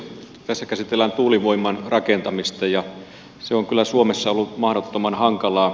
tässä käsitellään tuulivoiman rakentamista ja se on kyllä suomessa ollut mahdottoman hankalaa